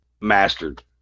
Mastered